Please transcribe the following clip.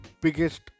biggest